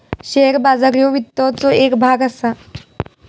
share बाजार ह्यो वित्ताचो येक भाग असा